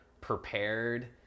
prepared